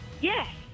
Yes